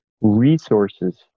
resources